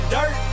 Dirt